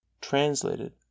Translated